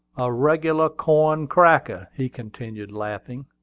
a regular corn-cracker, he continued, laughing.